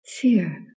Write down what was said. fear